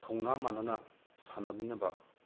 ꯊꯧꯅꯥ ꯃꯥꯟꯅꯅ ꯁꯥꯟꯅꯃꯤꯟꯅꯕ